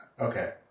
Okay